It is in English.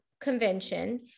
convention